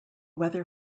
weather